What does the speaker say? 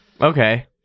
Okay